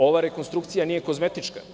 Ova rekonstrukcija nije kozmetička.